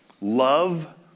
love